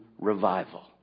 revival